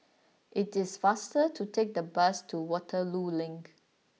it is faster to take the bus to Waterloo Link